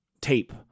tape